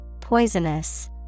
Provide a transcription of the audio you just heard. poisonous